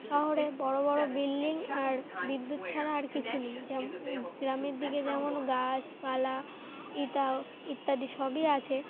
শহরে বড়ো বড়ো বিল্ডিং আর বিদ্যুৎ ছাড়া আর কিছু নেই যেমন গ্রামের দিকে যেমন গাছপালা ইটাও ইত্যাদি সবই আছে